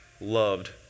loved